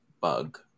bug